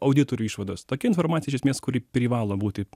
auditorių išvados tokia informacija iš esmės kuri privalo būti